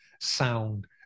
sound